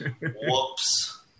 Whoops